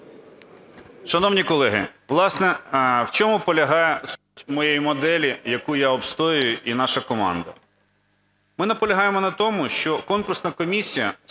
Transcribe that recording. Шановні колеги, власне, в чому полягає суть моєї моделі, яку я обстоюю і наша команда. Ми наполягаємо на тому, що конкурсна комісія